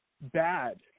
bad